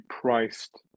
priced